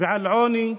ועל עוני,